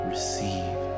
Receive